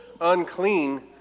unclean